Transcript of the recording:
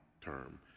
term